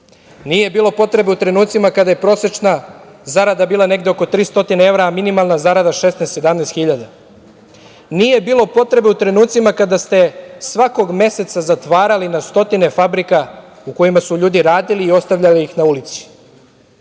Nije bilo potrebe u trenucima kada je prosečna zarada bila negde oko 300 evra a minimalna zarada 16-17 hiljada? Nije bilo potrebe u trenucima kada ste svakog meseca zatvarali na stotine fabrika u kojima su ljudi radili i ostavljali ih na ulici?